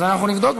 אז אנחנו נבדוק.